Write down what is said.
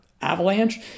avalanche